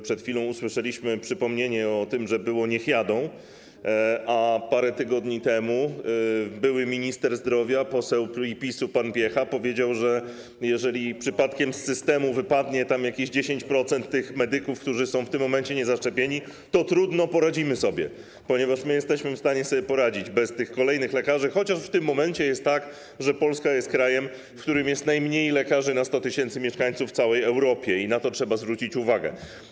Przed chwilą usłyszeliśmy przypomnienie o tym, że było: niech jadą, a parę tygodni temu były minister zdrowia, poseł PiS-u, pan Piecha powiedział, że jeżeli przypadkiem z systemu wypadnie jakieś 10% medyków, którzy są w tym momencie niezaszczepieni, to trudno, poradzimy sobie, ponieważ jesteśmy w stanie poradzić sobie bez kolejnych lekarzy, mimo że w tym momencie jest tak, że Polska jest krajem, w którym jest najmniej lekarzy na 100 tys. mieszkańców w całej Europie, na co trzeba zwrócić uwagę.